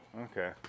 Okay